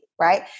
right